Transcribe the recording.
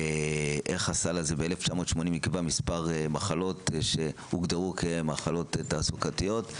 2. איך בסל הזה ב-1980 נקבע מספר מחלות שהוגדרו כמחלות תעסוקתיות?